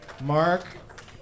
Mark